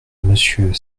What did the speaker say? monsieur